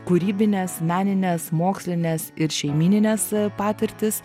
kūrybines menines mokslines ir šeimynines patirtis